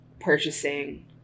Purchasing